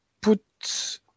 put